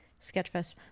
Sketchfest